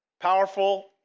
powerful